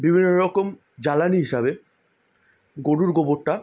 বিভিন্ন রকম জ্বালানি হিসাবে গরুর গোবরটা